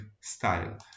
style